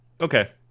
okay